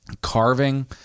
carving